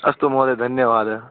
अस्तु महोदयः धन्यवादः